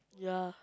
ya